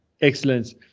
excellence